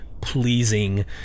pleasing